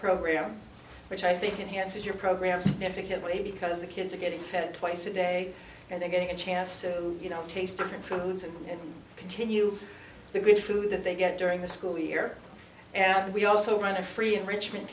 program which i think enhanced your programs effectively because the kids are getting fed twice a day and they're getting a chance to you know taste different foods and continue the good food that they get during the school year and we also run a free enrichment